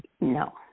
no